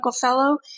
fellow